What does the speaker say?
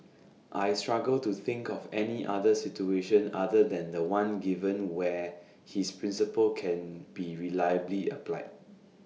I struggle to think of any other situation other than The One given where his principle can be reliably applied